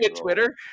twitter